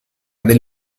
del